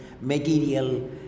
material